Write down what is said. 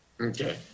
Okay